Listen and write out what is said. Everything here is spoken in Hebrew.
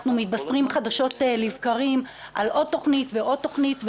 אנחנו מתבשרים חדשות לבקרים על עוד תוכנית ועוד תוכנית,